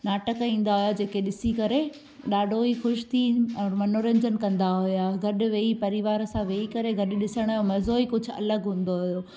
नाटक ईंदा हुआ जेके ॾिसी करे ॾाढो ई ख़ुशि थी और मनोरंजन कंदा हुआ गॾु विही परिवार सां विही करे गॾु ॾिसण जो मज़ो ई कुझु अलॻि हूंदो हुओ